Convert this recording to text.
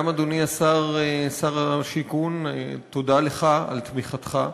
גם אדוני השר, שר השיכון, תודה לך על תמיכתך.